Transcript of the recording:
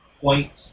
points